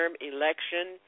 election